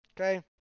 Okay